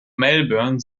melbourne